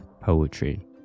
poetry